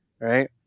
right